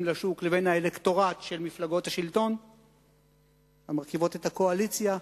לשוק לבין האלקטורט של מפלגות השלטון שמרכיבות את הקואליציה.